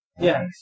Yes